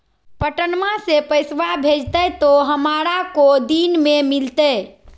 पटनमा से पैसबा भेजते तो हमारा को दिन मे मिलते?